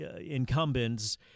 incumbents